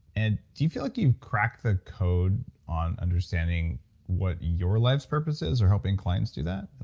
and do you feel like you've cracked the code on understanding what your life's purpose is, or helping clients do that? and